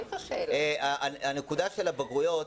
לגבי הבגרויות,